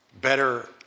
better